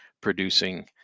producing